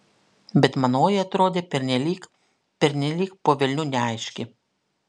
bet manoji atrodė pernelyg pernelyg po velnių neaiški